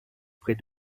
près